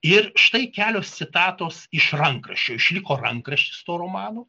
ir štai kelios citatos iš rankraščio išliko rankraštis to romano